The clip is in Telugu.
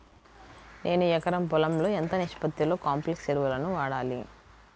నేను ఎకరం పొలంలో ఎంత నిష్పత్తిలో కాంప్లెక్స్ ఎరువులను వాడాలి?